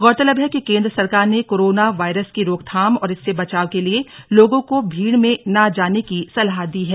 गौरतलब है कि केंद्र सरकार ने करोना वायरस की रोकथाम और इससे बचाव के लिए लोगों को भीड़ में शामिल न होने की सलाह दी है